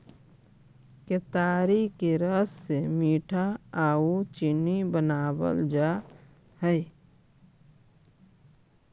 केतारी के रस से मीठा आउ चीनी बनाबल जा हई